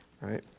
right